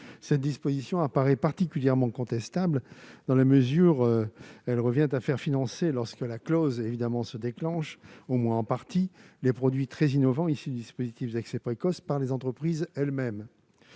Cette disposition semble particulièrement contestable dans la mesure où elle revient à faire financer, lorsque la clause se déclenche, au moins en partie, les produits très innovants issus du dispositif d'accès précoce par les entreprises elles-mêmes.